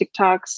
TikToks